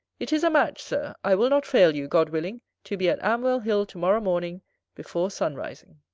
it is a match, sir, i will not fail you, god willing, to be at amwell hill to-morrow morning before sun-rising.